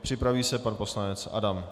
Připraví se pan poslanec Adam.